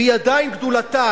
והיא עדיין גדולתה,